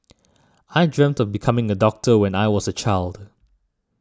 I dreamt of becoming a doctor when I was a child